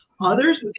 others